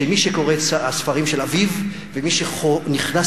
מי שקורא את הספרים של אביו ומי שנכנס